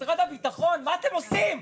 משרד הביטחון, מה אתם עושים?